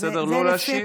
לא להשיב?